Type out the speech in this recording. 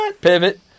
Pivot